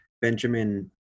benjamin